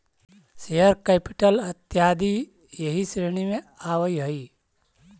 share capital इत्यादि एही श्रेणी में आवऽ हई